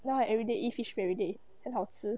now I everyday eat fish everyday 很好吃